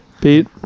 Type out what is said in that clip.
Pete